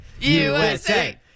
USA